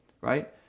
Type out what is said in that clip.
right